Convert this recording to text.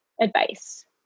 advice